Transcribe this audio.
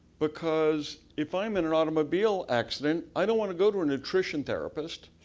because, if i'm in an automobile accident, i don't want to go to a nutrition therapist,